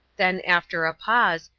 then, after a pause,